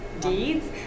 deeds